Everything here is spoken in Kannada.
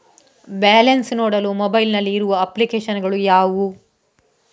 ಬ್ಯಾಲೆನ್ಸ್ ನೋಡಲು ಮೊಬೈಲ್ ನಲ್ಲಿ ಇರುವ ಅಪ್ಲಿಕೇಶನ್ ಗಳು ಯಾವುವು?